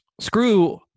Screw